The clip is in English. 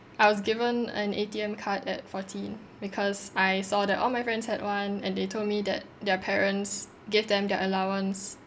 I was given an A_T_M card at fourteen because I saw that all my friends had one and they told me that their parents give them their allowance